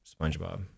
SpongeBob